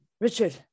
Richard